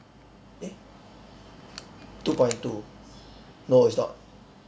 two point two no it's not